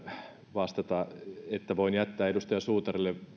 vastata voin jättää edustaja suutarille